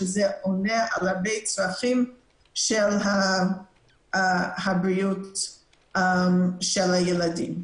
שזה עונה על הרבה צרכים של הבריאות של הילדים.